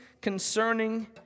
concerning